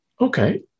okay